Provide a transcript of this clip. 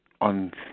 on